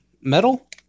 metal